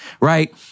right